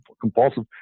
compulsive